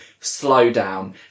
slowdown